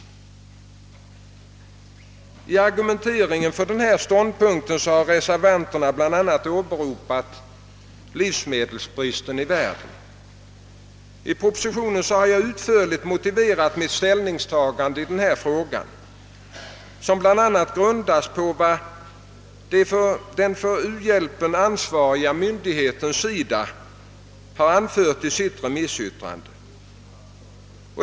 Som argument för denna ståndpunkt har reservanterna bl.a. åberopat livsmedelsbristen i världen. I propositionen har jag utförligt motiverat mitt ställningstagande i denna fråga, vilket bl.a. grundas på vad den för u-hjälpen ansvariga myndigheten SIDA har anfört i sitt remissyttrande.